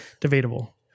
Debatable